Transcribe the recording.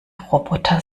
roboter